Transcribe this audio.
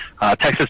Texas